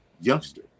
youngster